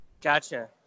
Gotcha